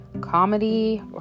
comedy